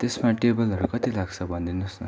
त्यसमा टेबलहरू कति लाग्छ भनिदिनु होस् न